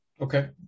okay